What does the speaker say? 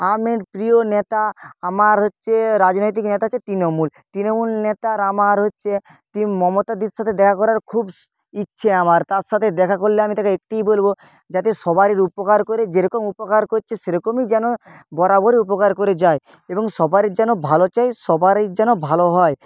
আমার প্রিয় নেতা আমার হচ্ছে রাজনৈতিক নেতা হচ্ছে তৃণমূল তৃণমূল নেতার আমার হচ্ছে মমতাদির সাথে দেখা করার খুব ইচ্ছে আমার তার সাথে দেখা করলে আমি তাকে একটিই বলব যাতে সবারির উপকার করে যেরকম উপকার করছে সেরকমই যেন বরাবরই উপকার করে যায় এবং সবারির যেন ভালো চায় সবারির যেন ভালো হয়